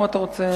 או אתה רוצה,